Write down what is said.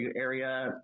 area